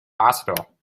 hospital